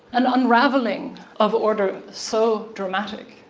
an unraveling of order so dramatic,